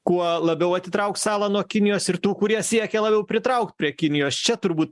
kuo labiau atitrauks salą nuo kinijos ir tų kurie siekia labiau pritraukt prie kinijos čia turbūt